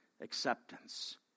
acceptance